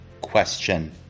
question